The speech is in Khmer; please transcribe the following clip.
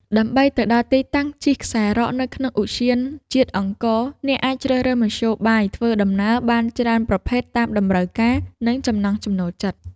ដើម្បីទៅដល់ទីតាំងជិះខ្សែរ៉កនៅក្នុងឧទ្យានជាតិអង្គរ អ្នកអាចជ្រើសរើសមធ្យោបាយធ្វើដំណើរបានច្រើនប្រភេទតាមតម្រូវការ និងចំណង់ចំណូលចិត្ត។